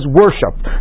worshipped